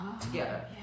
together